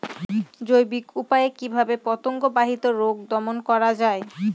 জৈবিক উপায়ে কিভাবে পতঙ্গ বাহিত রোগ দমন করা যায়?